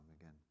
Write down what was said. again